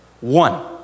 one